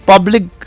Public